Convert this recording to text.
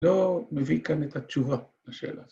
‫לא מביא כאן את התשובה לשאלה הזאת.